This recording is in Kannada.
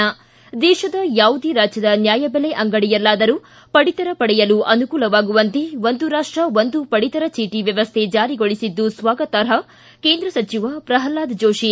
ಿಗ ದೇಶದ ಯಾವುದೇ ರಾಜ್ಯದ ನ್ಯಾಯಬೆಲೆ ಅಂಗಡಿಯಲ್ಲಾದರೂ ಪಡಿತರ ಪಡೆಯಲು ಅನುಕೂಲವಾಗುವಂತೆ ಒಂದು ರಾಪ್ಷ ಒಂದು ಪಡಿತರ ಚೀಟ ವ್ಚವಸ್ಥೆ ಜಾರಿಗೊಳಿಸಿದ್ದು ಸ್ವಾಗತಾರ್ಪ ಕೇಂದ್ರ ಸಚಿವ ಪ್ರಹ್ನಾದ್ ಜೋಶಿ